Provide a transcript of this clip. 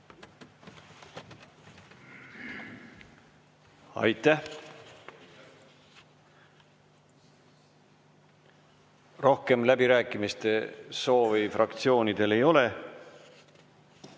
Aitäh! Rohkem läbirääkimiste soovi fraktsioonidel ei ole.